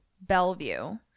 Bellevue